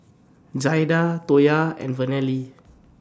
Jaida Toya and Vernelle